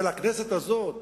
ולכנסת הזאת?